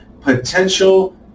potential